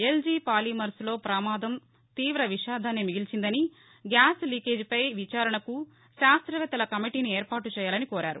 LG పాలిమర్స్లో ప్రమాదం తీవ విషాదాన్ని మిగిల్పిందని గ్యాస్ లీకేజీపై విచారణకు శాస్త్రవేత్తల కమిటీని ఏర్పాటు చేయాలని కోరారు